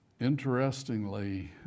Interestingly